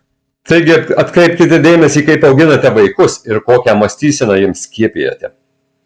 taigi atkreipkite dėmesį kaip auginate vaikus ir kokią mąstyseną jiems skiepijate